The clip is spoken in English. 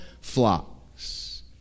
flocks